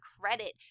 credit